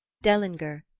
dellinger,